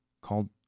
called